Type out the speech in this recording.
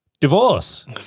Divorce